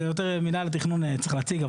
זה יותר מינהל התכנון צריך להציג,